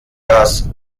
das